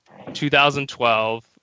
2012